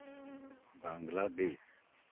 Bangladesh